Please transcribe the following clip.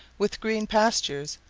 with green pastures,